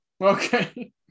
Okay